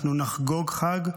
אנחנו נחגוג חג בכאב.